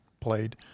played